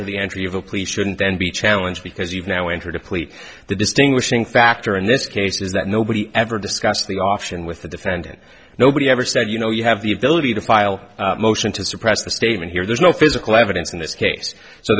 plea shouldn't then be a challenge because you've now entered a plea the distinguishing factor in this case is that nobody ever discussed the option with the defendant nobody ever said you know you have the ability to file a motion to suppress the statement here there's no physical evidence in this case so